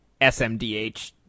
SMDH